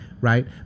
right